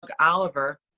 Oliver